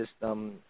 system